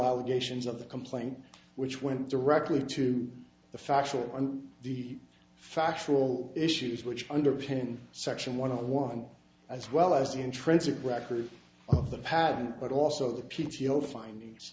allegations of the complaint which went directly to the factual on the factual issues which underpin section one of one as well as the intrinsic record of the patent but also the p t o findings